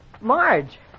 Marge